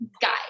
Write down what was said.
guys